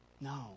no